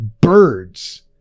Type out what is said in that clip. birds